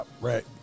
right